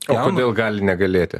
o kodėl gali negalėti